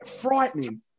frightening